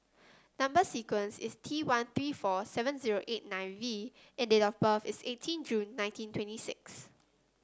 number sequence is T one three four seven zero eight nine V and date of birth is eighteen June nineteen twenty six